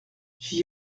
j’y